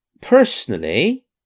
personally